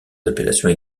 appellations